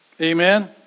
Amen